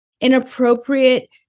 inappropriate